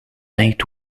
eight